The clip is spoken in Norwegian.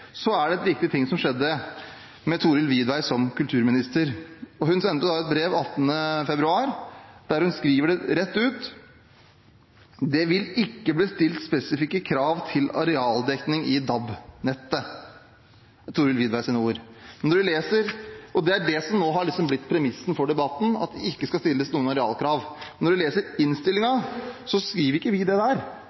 Så var det en viktig ting som skjedde med Thorhild Widvey som kulturminister. Hun sendte et brev 18. februar der hun skriver rett ut: Det vil ikke bli stilt spesifikke krav til arealdekning i DAB-nettet – det er Thorhild Widveys ord. Det er det som nå liksom har blitt premissen for debatten, at det ikke skal stilles noen arealkrav. Når en leser innstillingen, ser en at vi sier ikke det der.